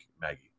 Maggie